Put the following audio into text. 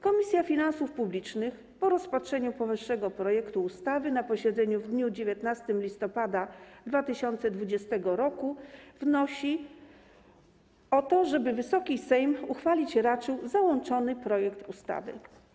Komisja Finansów Publicznych po rozpatrzeniu powyższego projektu ustawy na posiedzeniu w dniu 19 listopada 2020 r. wnosi o to, żeby Wysoki Sejm raczył uchwalić załączony projekt ustawy.